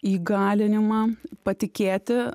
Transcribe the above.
įgalinimą patikėti